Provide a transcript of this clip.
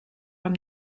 from